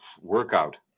workout